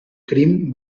crim